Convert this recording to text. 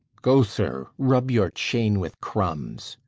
go, sir, rub your chain with crumbs.